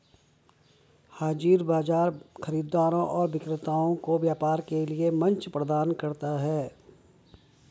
हाज़िर बाजार खरीदारों और विक्रेताओं को व्यापार के लिए मंच प्रदान करता है